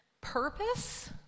purpose